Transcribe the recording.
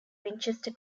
winchester